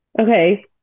Okay